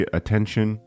attention